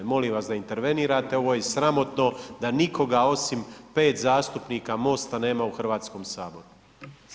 Molim vas da intervenirate, ovo je sramotno da nikoga osim 5 zastupnika MOST-a nema u Hrvatskom saboru.